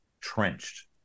trenched